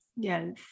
yes